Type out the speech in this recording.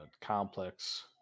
complex